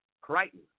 Crichton